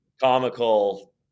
comical